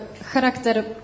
charakter